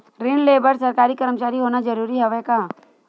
ऋण ले बर सरकारी कर्मचारी होना जरूरी हवय का?